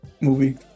movie